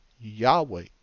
Yahweh